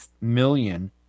million